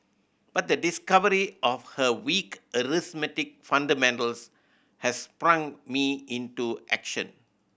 but the discovery of her weak arithmetic fundamentals has sprung me into action